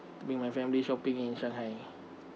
bring my family shopping in shanghai